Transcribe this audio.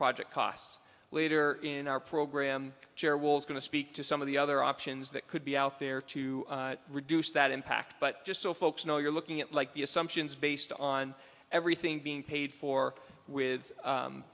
project costs later in our program chair wools going to speak to some of the other options that could be out there to reduce that impact but just so folks know you're looking at like the assumptions based on everything being paid for with